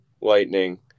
Lightning